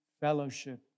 fellowship